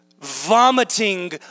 vomiting